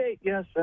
yes